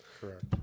correct